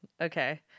Okay